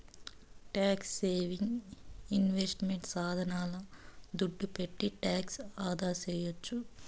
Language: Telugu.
ట్యాక్స్ సేవింగ్ ఇన్వెస్ట్మెంట్ సాధనాల దుడ్డు పెట్టి టాక్స్ ఆదాసేయొచ్చు